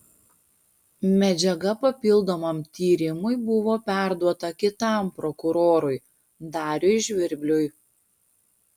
medžiaga papildomam tyrimui buvo perduota kitam prokurorui dariui žvirbliui